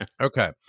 okay